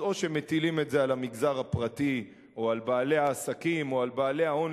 אז או שמטילים את זה על המגזר הפרטי או על בעלי העסקים או על בעלי ההון,